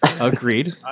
Agreed